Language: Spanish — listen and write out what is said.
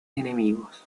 enemigos